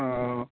অ'